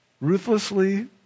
Ruthlessly